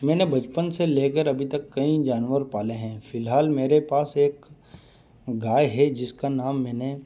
मैंने बचपन से लेकर अभी तक कईं जानवर पाले हैं फ़िलहाल मेरे पास एक गाय है जिसका नाम मैंने